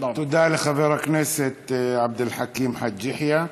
תודה לחבר הכנסת עבד אל חכים חאג' יחיא.